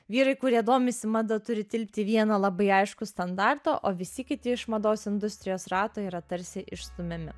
vyrai kurie domisi mada turi tilpti į vieną labai aiškų standartą o visi kiti iš mados industrijos rato yra tarsi išstumiami